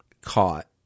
caught